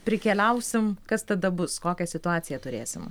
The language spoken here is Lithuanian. prikeliausim kas tada bus kokią situaciją turėsim